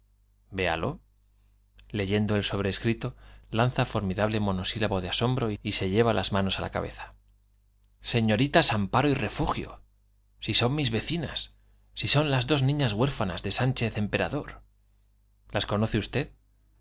véalo leyendo el sobrescrito lanza ormidable mono sílabo de asombro y se ileoa las manos á la cabea señoritas amparo y refugio si son mis vecinas si las dos huérfanas de sánchez son niñs empe rador las conoce usted